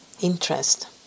interest